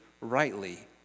rightly